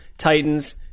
Titans